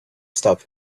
stop